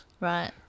Right